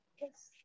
Yes